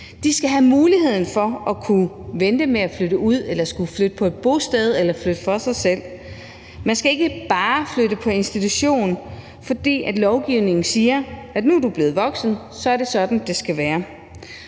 skal have muligheden for at kunne vente med at flytte ud eller flytte på et bosted eller flytte for sig selv. Man skal ikke bare flytte på institution, fordi lovgivningen siger, at nu er du blevet voksen, og så er det sådan, det skal være.